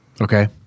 Okay